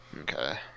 Okay